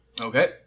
Okay